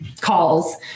calls